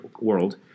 world